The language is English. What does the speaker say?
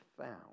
found